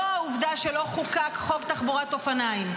העובדה שלא חוקק חוק תחבורת אופניים,